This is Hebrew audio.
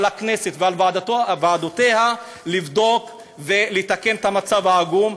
ועל הכנסת ועל ועדותיה לבדוק ולתקן את המצב העגום.